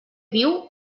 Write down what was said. viu